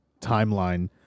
timeline